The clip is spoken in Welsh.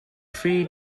rhy